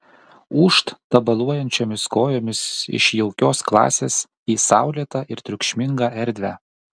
ūžt tabaluojančiomis kojomis iš jaukios klasės į saulėtą ir triukšmingą erdvę